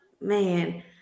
man